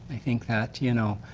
think that, you know,